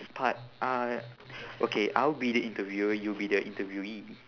part uh okay I'll be the interviewer you'll be the interviewee